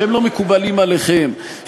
שהם לא מקובלים עליכם,